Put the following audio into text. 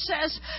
says